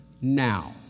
now